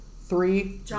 three